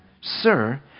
Sir